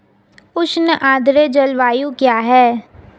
उष्ण आर्द्र जलवायु क्या है?